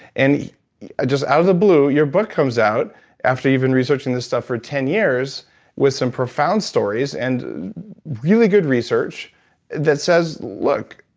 and just out of the blue, your book comes out after you've been researching this stuff for ten years with some profound stories, and really good research that says, look,